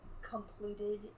completed